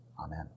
Amen